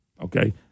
Okay